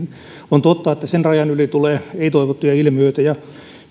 on totta että sen rajan yli tulee ei toivottuja ilmiöitä ja